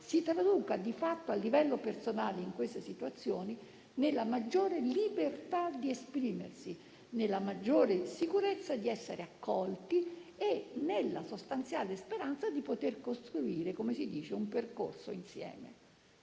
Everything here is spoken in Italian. si traduca di fatto, a livello personale in queste situazioni, nella maggiore di libertà di esprimersi, nella maggiore sicurezza di essere accolti e nella sostanziale speranza di poter costruire un percorso insieme.